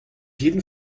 jeden